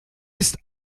ist